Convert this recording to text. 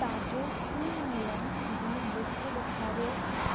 ताज़ो ई मेलनि जी लिस्ट ॾेखारियो